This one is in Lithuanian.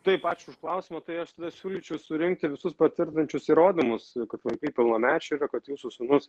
taip ačiū už klausimą tai aš tada siūlyčiau surinkti visus patvirtinančius įrodymus kad vaikai pilnamečiai yra kad jūsų sūnus